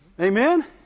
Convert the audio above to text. Amen